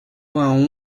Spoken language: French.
vingt